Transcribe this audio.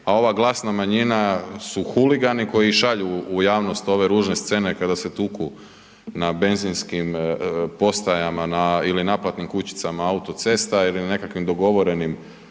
a ova glasna manjina su huligani koji šalju u javnost ove ružne scene kada se tuku na benzinskim postajama ili naplatnim kućicama autocesta ili na nekakvim dogovorenim